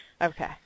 okay